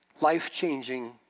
life-changing